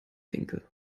winkel